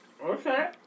Okay